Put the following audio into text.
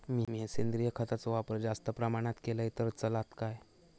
मीया सेंद्रिय खताचो वापर जास्त प्रमाणात केलय तर चलात काय?